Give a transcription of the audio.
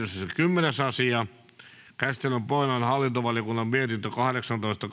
kymmenes asia käsittelyn pohjana on hallintovaliokunnan mietintö kahdeksantoista